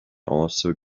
also